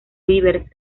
rivers